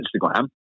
Instagram